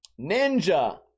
Ninja